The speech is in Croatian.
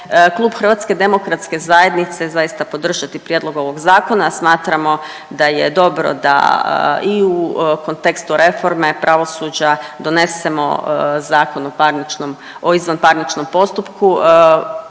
Klub HDZ-a zaista podržati prijedlog ovog zakona, smatramo da je dobro da i u kontekstu reforme pravosuđa donesemo Zakon o parničnom, o